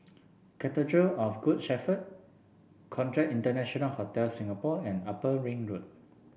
Cathedral of Good Shepherd Conrad International Hotel Singapore and Upper Ring Road